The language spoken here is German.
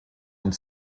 und